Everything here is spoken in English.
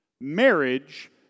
Marriage